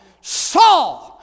Saul